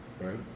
Right